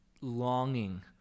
longing